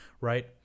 right